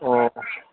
ꯑꯣ